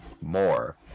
more